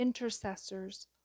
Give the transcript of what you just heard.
intercessors